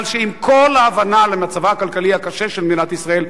עם כל ההבנה למצבה הכלכלי הקשה של מדינת ישראל,